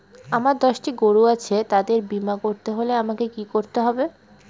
আমার দশটি গরু আছে তাদের বীমা করতে হলে আমাকে কি করতে হবে?